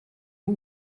who